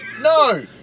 No